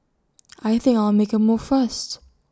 I think I'll make A move first